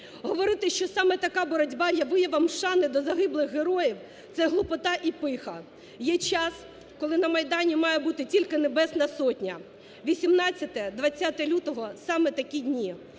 Говорити, що саме така "боротьба" є виявом шани до загиблих героїв – це глупота і пиха. Є час, коли на Майдані має бути тільки Небесна Сотня. 18-20 лютого – саме такі дні".